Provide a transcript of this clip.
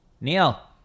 Neil